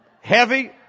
Heavy